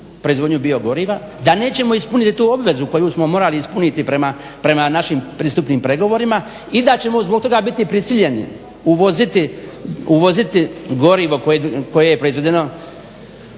proizvodnju bio goriva, da nećemo ispuniti tu obvezu koju smo morali ispuniti prema našim pristupnim pregovorima i da ćemo zbog toga biti prisiljeni uvoziti gorivo koje je proizvedeno,